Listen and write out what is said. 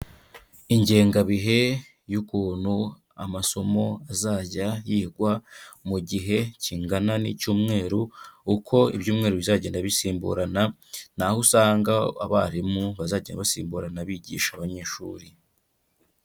Ingengabihe y'ukuntu amasomo azajya yigwa mu gihe kingana n'icyumweru, uko ibyumweru bizagenda bisimburana, ni aho usanga abarimu bazajya basimburana bigisha abanyeshuri.